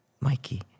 Mikey